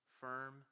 firm